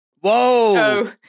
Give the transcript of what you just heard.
Whoa